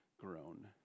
grown